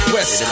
West